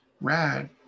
rad